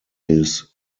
his